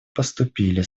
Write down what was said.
поступили